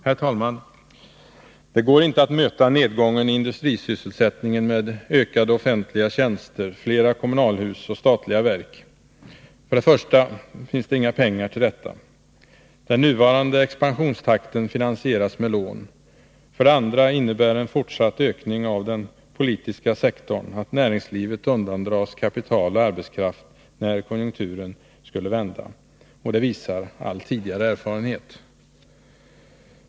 Herr talman! Det går inte att möta nedgången i industrisysselsättningen med ökade offentliga tjänster, flera kommunalhus och statliga verk. För det första finns det inga pengar till detta. Den nuvarande expansionstakten finansieras med lån. För det andra innebär en fortsatt ökning av den politiska sektorn, att näringslivet undandras kapital och arbetskraft när konjunkturen vänder. Det visar all tidigare erfarenhet.